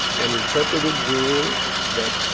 an interpretative rule that